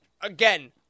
again